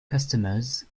customers